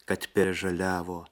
kad per žaliavo